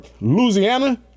Louisiana